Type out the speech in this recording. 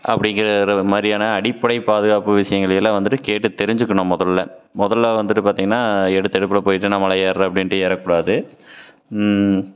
அப்படிங்கிற ஒரு மாதிரியான அடிப்படை பாதுகாப்பு விஷயங்களை எல்லாம் வந்துட்டு கேட்டு தெரிஞ்சுக்கணும் முதல்ல முதல்ல வந்துட்டு பார்த்தீங்கன்னா எடுத்த எடுப்பில் போய்விட்டு நான் மலை ஏறுகிறேன் அப்படின்ட்டு ஏறக்கூடாது